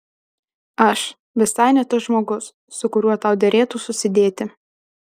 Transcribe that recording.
aš visai ne tas žmogus su kuriuo tau derėtų susidėti